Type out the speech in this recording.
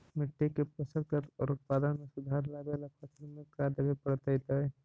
मिट्टी के पोषक तत्त्व और उत्पादन में सुधार लावे ला फसल में का देबे पड़तै तै?